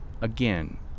again